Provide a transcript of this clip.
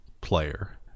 player